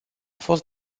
fost